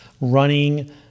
running